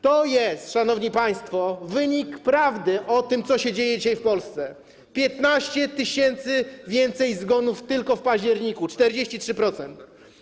To jest, szanowni państwo, wynik prawdy o tym, co się dzieje dzisiaj w Polsce: 15 tys. zgonów więcej tylko w październiku, 43%.